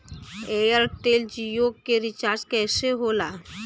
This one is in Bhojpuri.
एयरटेल जीओ के रिचार्ज कैसे होला?